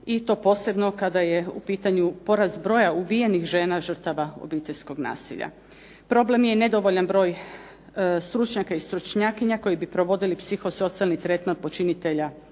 i to posebno kada je u pitanju porast broja ubijenih žena žrtava obiteljskog nasilja. Problem je nedovoljan broj stručnjaka i stručnjakinja koji bi provodili psihosocijalni tretman počinitelja od nasilja